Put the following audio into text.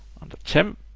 on the temp,